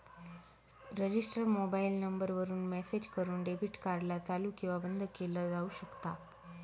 register mobile number वरून message करून debit card ला चालू किंवा बंद केलं जाऊ शकता